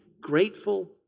grateful